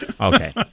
Okay